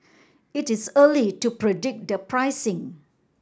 it is early to predic the pricing